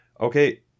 Okay